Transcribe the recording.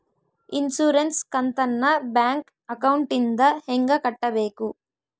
Insurance ಕಂತನ್ನ bank ಅಕೌಂಟಿಂದ ಹೆಂಗ ಕಟ್ಟಬೇಕು?